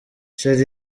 sherrie